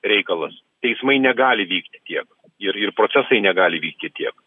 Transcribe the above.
reikalas teismai negali vykti tiek ir ir procesai negali vykti tiek